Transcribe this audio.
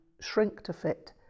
shrink-to-fit